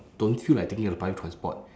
don't feel like taking a public transport